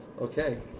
Okay